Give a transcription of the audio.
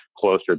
closer